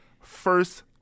first